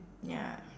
ya